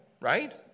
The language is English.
right